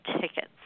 tickets